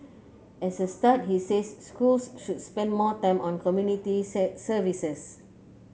as a start he says schools should spend more time on community say services